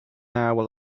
hour